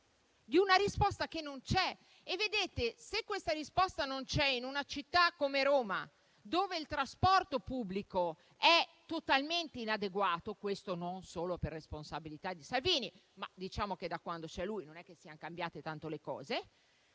di una risposta che non c'è. Se questa risposta non c'è in una città come Roma, dove il trasporto pubblico è totalmente inadeguato, non solo per responsabilità di Salvini, ma diciamo che da quando c'è lui non è che siano cambiate tanto le cose,